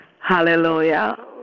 Hallelujah